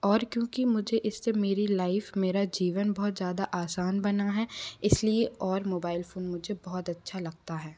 और क्योंकि मुझे इस से मेरी लाइफ़ मेरा जीवन बहुत ज़्यादा आसान बना है इस लिए और मोबाइल फ़ोन मुझे बहुत अच्छा लगता है